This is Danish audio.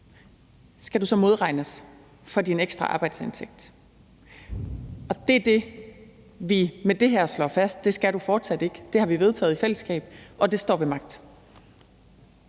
skal du så modregnes for din ekstra arbejdsindtægt? Det er det, vi med det her slår fast at du fortsat ikke skal. Det har vi vedtaget i fællesskab, og det står ved magt.